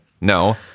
no